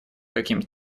каким